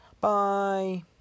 Bye